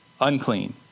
unclean